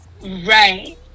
right